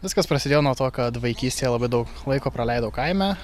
viskas prasidėjo nuo to kad vaikystėje labai daug laiko praleidau kaime